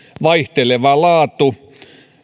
vaihteleva laatu